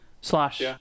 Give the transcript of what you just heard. slash